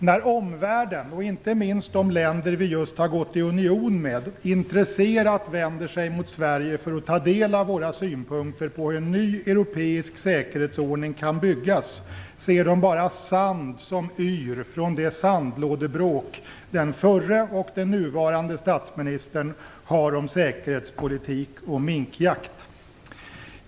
När omvärlden - och inte minst de länder vi gått i union med - intresserat vänder sig mot Sverige för att ta del av våra synpunkter på hur en ny europeisk säkerhetsordning kan byggas, ser de bara sand som yr från det sandlådebråk den förre och den nuvarande statsministern har om säkerhetspolitik och minkjakt.